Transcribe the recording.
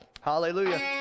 Hallelujah